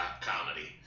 comedy